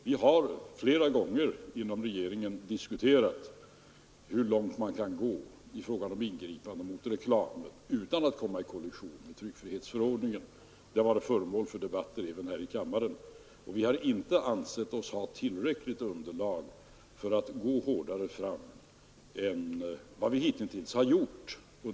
Vi har inom regeringen flera gånger diskuterat hur långt man kan gå i fråga om ingripande mot reklamen utan att komma i kollision med tryckfrihetsförordningen. Detta spörsmål har varit föremål för debatter även här i kammaren. Vi har inte ansett oss ha tillräckligt underlag för att gå hårdare fram än vad vi hitintills har gjort.